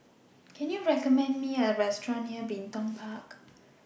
Can YOU recommend Me A Restaurant near Bin Tong Park